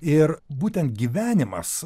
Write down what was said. ir būtent gyvenimas